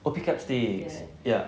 oh pick up sticks ya